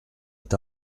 est